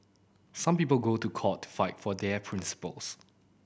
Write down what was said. some people go to court to fight for their principles